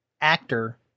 actor